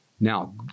now